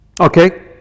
Okay